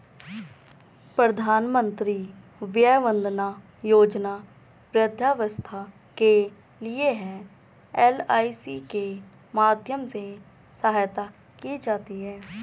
प्रधानमंत्री वय वंदना योजना वृद्धावस्था के लिए है, एल.आई.सी के माध्यम से सहायता की जाती है